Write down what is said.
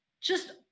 just-